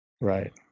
Right